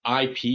IP